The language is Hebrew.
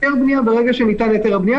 ברגע שניתן היתר הבנייה,